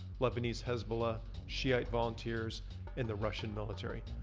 lebanese hezbollah, shiite volunteers and the russian military.